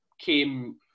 came